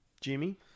Jimmy